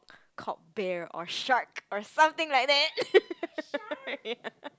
called Bear or Shark or something like that